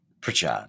Pritchard